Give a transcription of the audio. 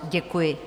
Děkuji.